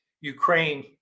Ukraine